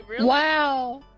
Wow